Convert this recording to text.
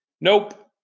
nope